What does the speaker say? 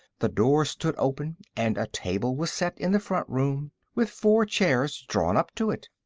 the door stood open and a table was set in the front room, with four chairs drawn up to it.